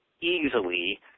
easily